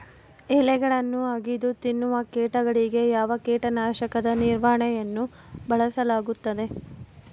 ಎಲೆಗಳನ್ನು ಅಗಿದು ತಿನ್ನುವ ಕೇಟಗಳಿಗೆ ಯಾವ ಕೇಟನಾಶಕದ ನಿರ್ವಹಣೆಯನ್ನು ಬಳಸಲಾಗುತ್ತದೆ?